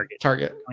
target